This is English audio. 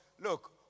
look